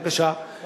בבקשה,